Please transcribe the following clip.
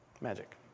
magic